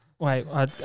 wait